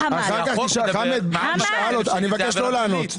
-- אני מבקש לא לענות.